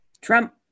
Trump